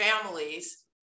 families